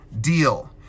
deal